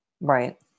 Right